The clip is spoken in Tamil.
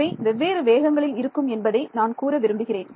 இவை வெவ்வேறு வேகங்களில் இருக்கும் என்பதை நான் கூற விரும்புகிறேன்